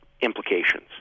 implications